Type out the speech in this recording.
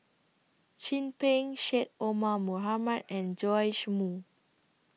Chin Peng Syed Omar Mohamed and Joash Moo